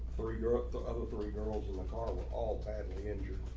for europe the other three girls in the car were all badly injured.